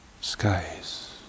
skies